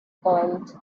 point